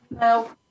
No